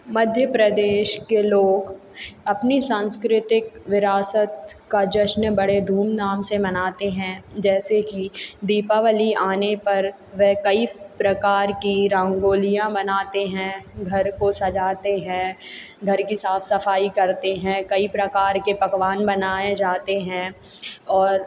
मध्य प्रदेश के लोग अपनी सांस्कृतिक विरासत का जश्न बड़े धूमधाम से मनाते हैं जैसे कि दीपावली आने पर वह कई प्रकार की रंगोलियाँ मनाते हैं घर को सजाते हैं घर की साफ सफाई करते हैं कई प्रकार के पकवान बनाए जाते हैं और